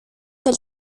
del